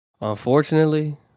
Unfortunately